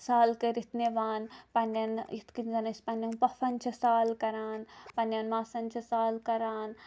سال کٔرتھ نِوان پَننٮ۪ن یِتھ کٔنۍ زَن أسۍ پَننٮ۪ن پۄفن چھِ سال کَران پَننٮ۪ن ماسن چھِ سال کَران